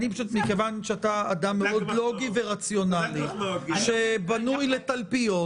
מכיוון שאתה אדם מאוד לוגי ורציונלי שבנוי לתלפיות,